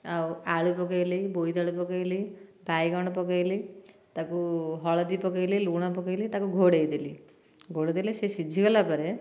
ଆଉ ଆଳୁ ପକେଇଲି ବୋଇତାଳୁ ପକେଇଲି ବାଇଗଣ ପକେଇଲି ତାକୁ ହଳଦୀ ପକେଇଲି ଲୁଣ ପକେଇଲି ତାକୁ ଘୋଡ଼େଇ ଦେଲି ଘୋଡ଼େଇ ଦେଲି ସେ ସିଝି ଗଲା ପରେ